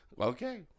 Okay